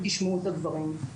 תשמעו את הדברים.